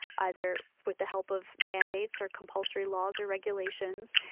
either with the help of mandates or compulsory laws or regulations,